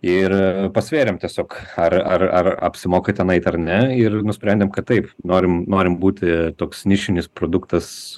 ir pasvėrėm tiesiog ar ar ar apsimoka ten eit ar ne ir nusprendėm kad taip norim norim būti toks nišinis produktas